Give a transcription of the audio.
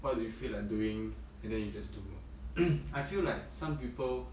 what do you feel like doing and then you just do ah I feel like some people